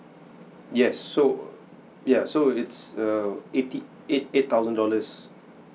yes so ya so it's err eighty eight eight thousand dollars